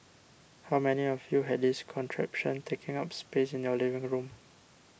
how many of you had this contraption taking up space in your living room